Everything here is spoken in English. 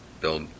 build